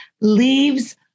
leaves